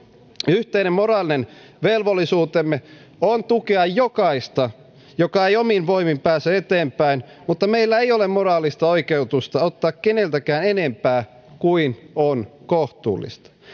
yhteinen moraalinen velvollisuutemme on tukea jokaista joka ei omin voimin pääse eteenpäin mutta meillä ei ole moraalista oikeutusta ottaa keneltäkään enempää kuin on kohtuullista